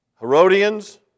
Herodians